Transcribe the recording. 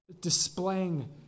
displaying